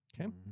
Okay